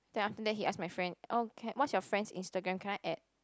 then after that he ask my friend oh can what's your friend Instagram can I add